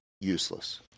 Useless